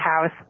house